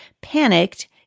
panicked